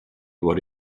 what